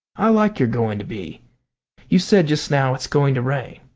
i like your going to be you said just now it's going to rain.